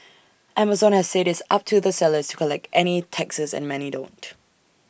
Amazon has said it's up to the sellers to collect any taxes and many don't